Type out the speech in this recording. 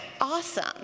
awesome